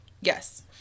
Yes